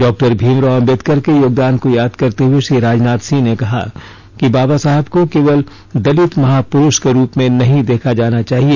doctor Bhimrao Ambedkar के योगदान को याद करते हए श्री राजनाथ सिंह ने कहा कि बाबा साहेब को केवल दलित महापुरूष के रूप में नहीं देखा जाना चाहिए